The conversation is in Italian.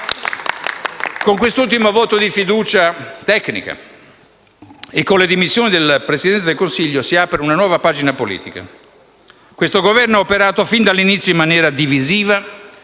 Con quest'ultimo voto di fiducia tecnica e con le dimissioni del Presidente del Consiglio si apre una nuova pagina politica. Questo Governo ha operato fin dall'inizio in maniera divisiva,